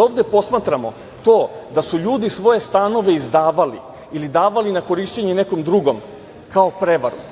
Ovde posmatramo to da su ljudi svoje stanove izdavali ili davali na korišćenje nekom drugom kao prevaru,